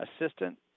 assistant